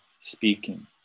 speaking